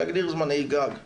להגדיר זמני גג להכרה.